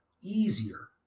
easier